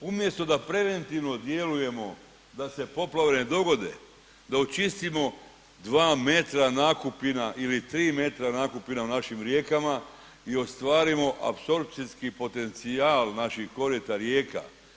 Umjesto da preventivno djelujemo da se poplave ne dogode, da očistimo 2 metra nakupina ili 3 metra nakupina u našim rijekama i ostvarimo apsorpcijski potencijal naših korita rijeka.